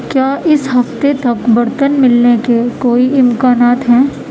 کیا اس ہفتے تک برتن ملنے کے کوئی امکانات ہیں